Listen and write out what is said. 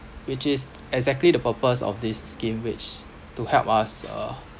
which is exactly the purpose of this s~ scheme which to help us uh